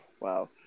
wow